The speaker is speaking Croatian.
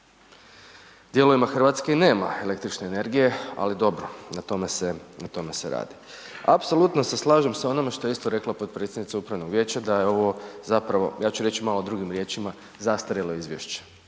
Dijelovima Hrvatske i nema električne energije ali dobro, na tome se radi. Apsolutno se slažem sa onime što je isto rekla potpredsjednica upravnog vijeća da je ovo zapravo, ja ću reći malo drugim riječima zastarjelo izvješće.